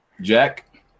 Jack